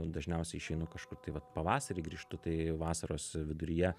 dažniausiai išeinu kažkur tai vat pavasarį grįžtu tai vasaros viduryje